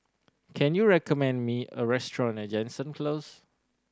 can you recommend me a restaurant near Jansen Close